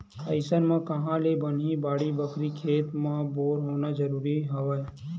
अइसन म काँहा ले बनही बाड़ी बखरी, खेत म बोर होना जरुरीच हवय